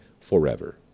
forever